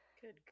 good